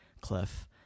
cliff